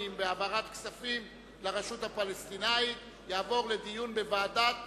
בהעברת כספים לרשות הפלסטינית יעבור לדיון בוועדת